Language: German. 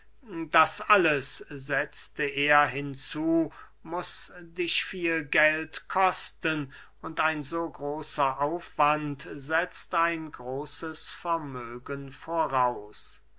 das alles setzte er hinzu muß dich viel geld kosten und ein so großer aufwand setzt ein großes vermögen voraus